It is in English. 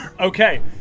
Okay